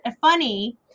funny